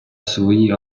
свої